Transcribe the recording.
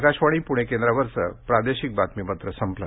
आकाशवाणी पुणे केंद्रावरचं प्रादेशिक बातमीपत्र संपलं